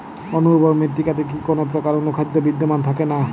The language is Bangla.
অনুর্বর মৃত্তিকাতে কি কোনো প্রকার অনুখাদ্য বিদ্যমান থাকে না?